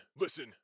listen